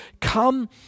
come